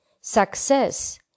Success